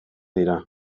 dira